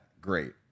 great